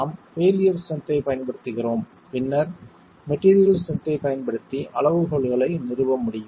நாம் failure strength ஐப் பயன்படுத்துகிறோம் பின்னர் மெட்டீரியல் ஸ்ட்ரென்த் ஐப் பயன்படுத்தி அளவுகோல்களை நிறுவ முடியும்